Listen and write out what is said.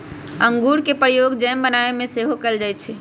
इंगूर के प्रयोग जैम बनाबे में सेहो कएल जाइ छइ